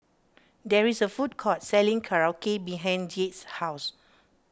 there is a food court selling Korokke behind Jade's house